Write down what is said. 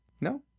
No